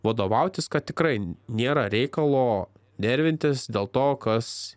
vadovautis kad tikrai nėra reikalo nervintis dėl to kas